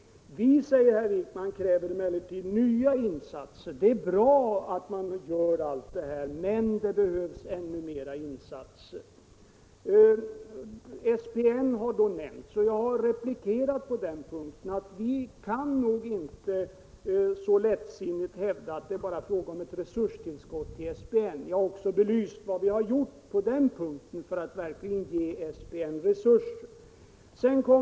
Vi, säger herr Wijkman, kräver emellertid nya insatser. SPN behöver bättre resurser har det sagts, och jag har på den punkten replikerat att vi nog inte så lättsinnigt kan hävda att det bara är fråga om ett resurstillskott till SPN. Jag har också belyst vad vi gjort och vad vi överväger att göra för att om det behövs ge SPN ytterligare resurser.